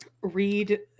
read